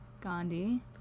Gandhi